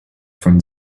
from